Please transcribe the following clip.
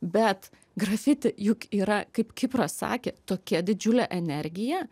bet grafiti juk yra kaip kipras sakė tokia didžiulė energija